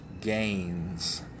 gains